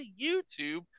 YouTube